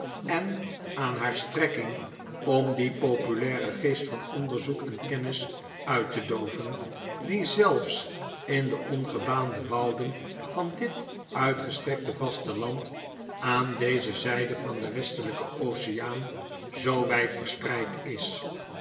en aan haar strekking om dien populairen geest van onderzoek en kennis uit te dooven die zelfs in de ongebaande wouden van dit uitgestrekte vasteland aan deze zijde van den westelijken oceaan zoo wijd verspreid is